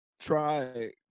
try